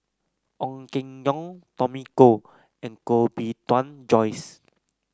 Ong Keng Yong Tommy Koh and Koh Bee Tuan Joyce